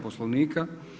Poslovnika.